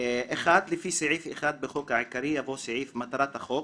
1. לפני סעיף 1 בחוק העיקרי יבוא סעיף "מטרת החוק",